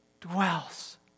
dwells